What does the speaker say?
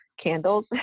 candles